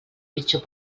pitjor